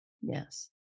Yes